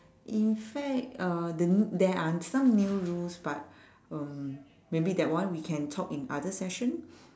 in fact uh the there are some new rules but um maybe that one we can talk in other session